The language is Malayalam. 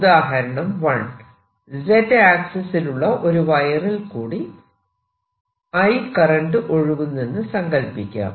ഉദാഹരണം1 Z ആക്സിസിലുള്ള ഒരു വയറിൽ കൂടി I കറന്റ് ഒഴുകുന്നെന്നു സങ്കല്പിക്കാം